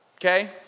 okay